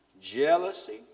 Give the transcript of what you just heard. Jealousy